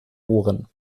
ohren